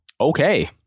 Okay